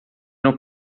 não